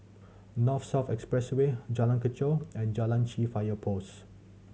North South Expressway Jalan Kechot and Chai Chee Fire Post